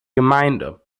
gemeinde